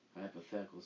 hypothetical